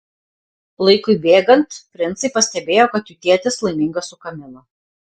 laikui bėgant princai pastebėjo kad jų tėtis laimingas su kamila